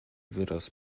wyraz